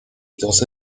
doce